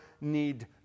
need